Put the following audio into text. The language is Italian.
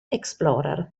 explorer